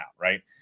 right